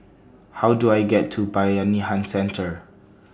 How Do I get to Bayanihan Centre